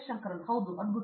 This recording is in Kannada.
ಶಂಕರನ್ ಹೌದು ಅದ್ಭುತ